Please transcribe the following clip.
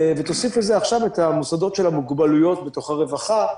ותוסיף לזה עכשיו את המוסדות של המוגבלויות בתוך הרווחה.